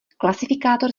klasifikátor